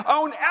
own